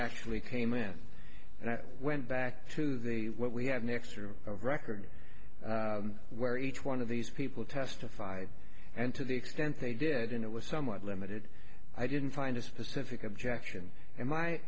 actually came in and i went back to the what we had an excerpt of record where each one of these people testified and to the extent they did and it was somewhat limited i didn't find a specific objection and my